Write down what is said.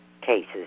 cases